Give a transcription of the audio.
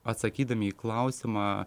atsakydami į klausimą